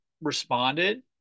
responded